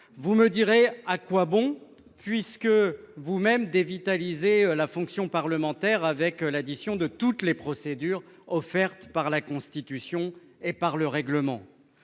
vous me direz : à quoi bon, puisque vous-mêmes dévitalisez la fonction parlementaire par l'addition de toutes les procédures offertes par la Constitution et par le règlement